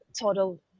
total